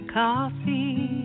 coffee